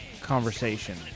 conversation